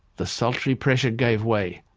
the sultry pressure gave way,